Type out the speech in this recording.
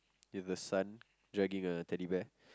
with a son dragging a Teddy Bear